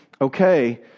okay